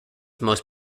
most